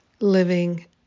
living